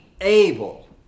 able